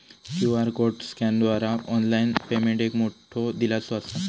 QR code स्कॅनरद्वारा online payment एक मोठो दिलासो असा